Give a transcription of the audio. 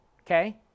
okay